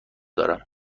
دارم